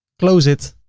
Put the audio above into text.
close it